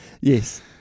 Yes